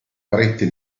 pretty